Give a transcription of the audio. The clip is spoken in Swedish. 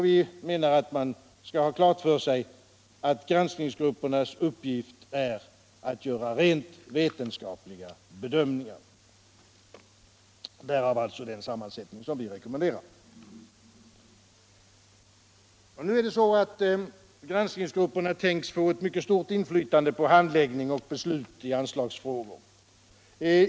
Vi anser att man bör ha klart för sig att granskningsgruppernas uppgift är att göra rent vetenskapliga bedömningar. Därav alltså den sammansättning som vi rekommenderar. Granskningsgrupperna avses få ett mycket stort inflytande på handläggning och beslut i anslagsfrågor.